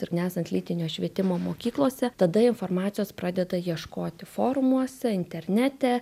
ir nesant lytinio švietimo mokyklose tada informacijos pradeda ieškoti forumuose internete